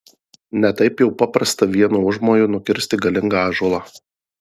ne taip jau paprasta vienu užmoju nukirsti galingą ąžuolą